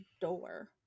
door